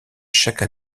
chaque